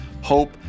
hope